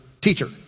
teacher